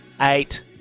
Eight